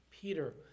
Peter